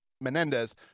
Menendez